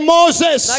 Moses